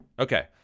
Okay